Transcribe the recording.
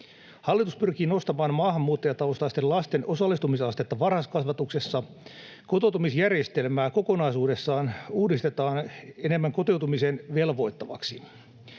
Hallitus pyrkii nostamaan maahanmuuttajataustaisten lasten osallistumisastetta varhaiskasvatuksessa. Kotoutumisjärjestelmää kokonaisuudessaan uudistetaan enemmän kotiutumiseen velvoittavaksi.